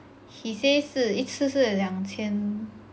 he says 是一次次是两千